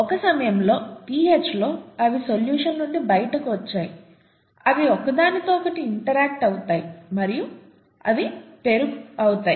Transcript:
ఒక సమయంలో pH లో అవి సొల్యూషన్ నుండి బయటకు వచ్చాయి అవి ఒకదానితో ఒకటి ఇంటరాక్ట్ అవుతాయి మరియు అవి పెరుగు అవుతాయి